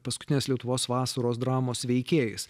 paskutinės lietuvos vasaros dramos veikėjais